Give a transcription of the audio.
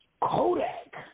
Kodak